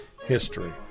history